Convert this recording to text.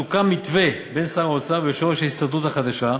סוכם מתווה בין שר האוצר ויושב-ראש ההסתדרות החדשה,